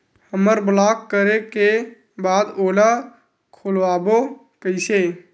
हमर ब्लॉक करे के बाद ओला खोलवाबो कइसे?